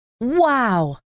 Wow